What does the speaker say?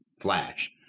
flash